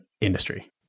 industry